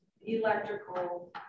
electrical